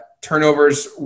Turnovers